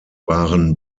waren